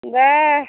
இந்த